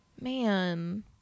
Man